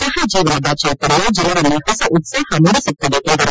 ಸಹಜೀವನದ ಚ್ಚೆತನ್ಯ ಜನರಲ್ಲಿ ಹೊಸ ಉತ್ಪಾಹ ಮೂಡಿಸುತ್ತದೆ ಎಂದರು